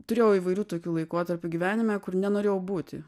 turėjau įvairių tokių laikotarpių gyvenime kur nenorėjau būti